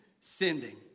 sending